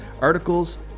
articles